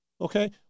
okay